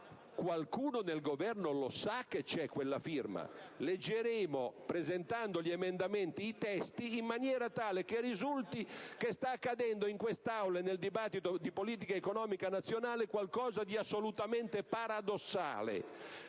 qualcuno nel Governo lo sa, che c'è quella firma. Presentando gli emendamenti, leggeremo i testi, in maniera tale che risulti che sta accadendo in quest'Aula e nel dibattito di politica economica nazionale qualcosa di assolutamente paradossale.